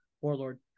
warlord